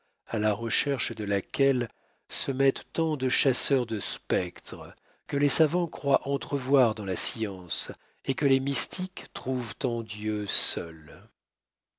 à la recherche de laquelle se mettent tant de chasseurs de spectres que les savants croient entrevoir dans la science et que les mystiques trouvent en dieu seul